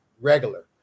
regular